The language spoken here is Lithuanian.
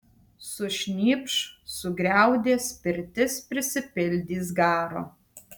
sušnypš sugriaudės pirtis prisipildys garo